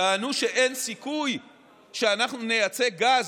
טענו שאין סיכוי שאנחנו נייצא גז,